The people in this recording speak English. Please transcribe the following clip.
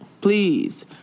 please